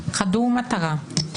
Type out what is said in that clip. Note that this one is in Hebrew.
חדור מטרה,